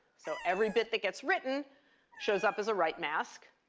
so every bit that gets written shows up as a write mask.